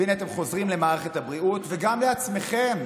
והינה אתם חוזרים למערכת הבריאות, וגם לעצמכם,